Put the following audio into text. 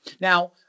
Now